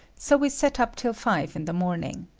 so we sat up till five in the morning.